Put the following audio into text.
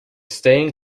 stained